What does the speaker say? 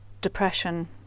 depression